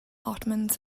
ottomans